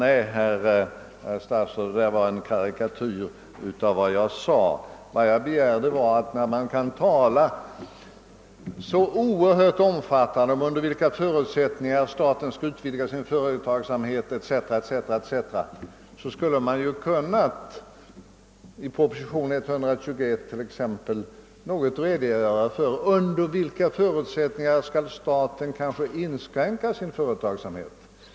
Nej, herr Wickman, det är en karikatyr av vad jag sade. Vad jag begärde var, att när man talar så mycket om under vilka förutsättningar staten skall utvidga sina företag o. s. v., så skulle man också, t.ex. i proposition nr 121, ha något redogjort för under vilka förutsättningar staten skall inskränka sin företagsamhet.